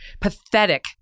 pathetic